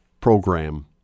program